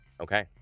Okay